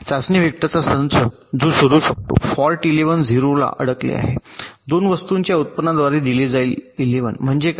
चाचणी वेक्टरचा संच जो शोधू शकतो फॉल्ट इलेव्हन 0 ला अडकले आहे 2 वस्तूंच्या उत्पादनाद्वारे दिले जाईल इलेव्हन म्हणजे काय